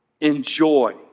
Enjoy